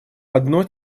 одно